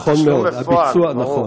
נכון, נכון.